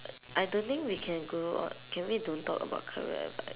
I don't think we can go on can we don't talk about career ev~